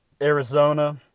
Arizona